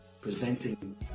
presenting